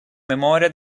memoria